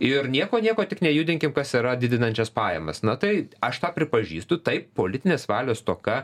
ir nieko nieko tik nejudinkim kas yra didinančias pajamas na tai aš tą pripažįstu tai politinės valios stoka